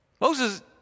Moses